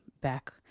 back